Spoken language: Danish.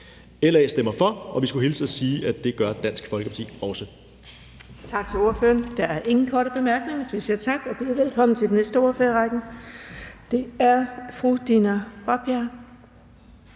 LA stemmer for, og vi skulle hilse og sige, at det gør Dansk Folkeparti også.